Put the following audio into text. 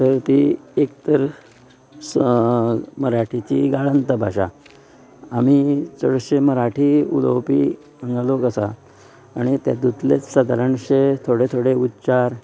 तर ती एक तर स मराठीची एक आळंत भाशा आमी चडशें मराठी उलोवपी हांगा लोक आसा आनी तेतूंतलेंच सादारणशें थोडें थोडें उच्चार